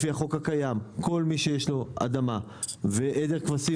לפי החוק הקיים, כל מי שיש לו אדמה ועדר כבשים